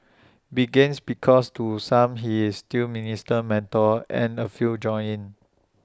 begins because to some he is still minister mentor and A few join in